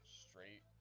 straight